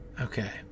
Okay